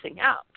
out